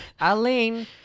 Aline